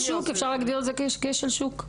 אפשר להגדיר את זה ככשל שוק?